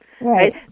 Right